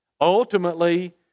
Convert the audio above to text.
ultimately